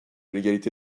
l’égalité